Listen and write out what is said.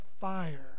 fire